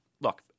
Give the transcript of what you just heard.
look